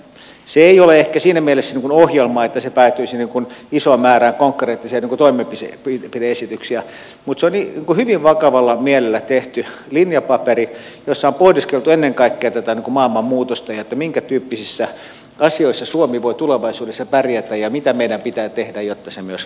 se ei ole ehkä siinä mielessä ohjelma että siihen päätyisi isoa määrää konkreettisia toimenpide esityksiä mutta se on hyvin vakavalla mielellä tehty linjapaperi jossa on pohdiskeltu ennen kaikkea tätä maailmanmuutosta ja sitä minkätyyppisissä asioissa suomi voi tulevaisuudessa pärjätä ja mitä meidän pitää tehdä jotta se myös materialisoituu